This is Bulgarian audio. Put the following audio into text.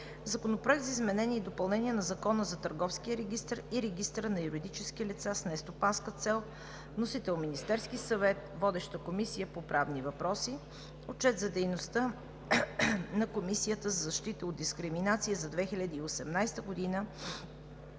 Законопроект за изменение и допълнение на Закона за Търговския регистър и Регистъра на юридически лица с нестопанска цел. Вносител е Министерският съвет. Водеща е Комисията по правни въпроси. Отчет за дейността на Комисията за защита от дискриминация за 2018 г.